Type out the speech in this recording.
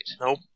Nope